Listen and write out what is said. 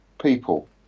people